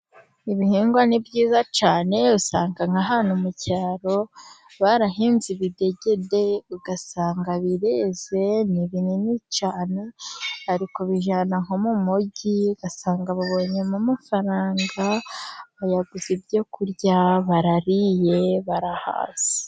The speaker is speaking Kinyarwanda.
Ibihingwa ni byiza cyane, usanga nka hantu mu cyaro barahinze ibidegede, ugasanga bireze ni binini cyane, bari kubijyana nko mu mujyi, ugasanga babonyemo amafaranga bayaguze ibyo kurya barariye barahaze.